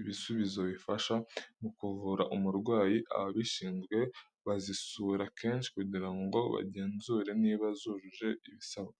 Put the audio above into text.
ibisubizo bifasha mu kuvura umurwayi. Ababishizwe bazisura kenshi kugira ngo bagenzure niba zujuje ibisabwa.